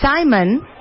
Simon